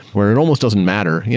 where it almost doesn't matter.